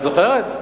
את זוכרת?